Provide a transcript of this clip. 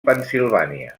pennsilvània